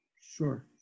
Sure